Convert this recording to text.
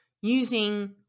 using